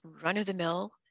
run-of-the-mill